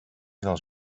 dels